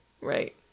Right